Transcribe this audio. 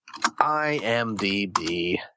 IMDB